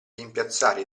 rimpiazzare